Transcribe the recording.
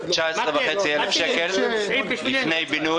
יש פירוט,